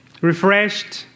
refreshed